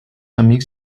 amics